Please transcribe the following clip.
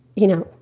you know,